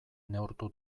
neurtu